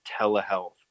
telehealth